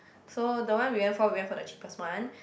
so the one we went for we went for the cheapest one